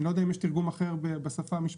אני לא יודע אם יש תרגום אחר בשפה המשפטית,